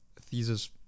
thesis